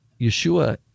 Yeshua